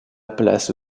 place